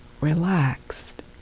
relaxed